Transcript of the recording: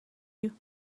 you